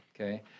okay